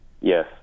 Yes